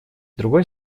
другой